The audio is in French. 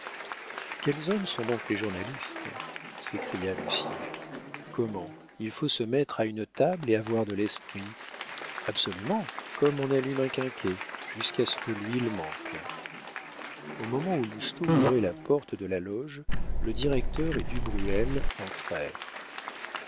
quels hommes sont donc les journalistes s'écria lucien comment il faut se mettre à une table et avoir de l'esprit absolument comme on allume un quinquet jusqu'à ce que l'huile manque au moment où lousteau ouvrait la porte de la loge le directeur et du